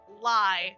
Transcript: lie